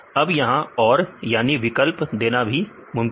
अब यहां OR यानी विकल्प देना भी मुमकिन है